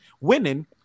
winning